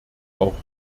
auch